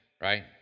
Right